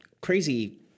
crazy